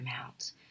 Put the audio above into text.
amount